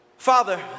Father